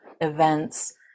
events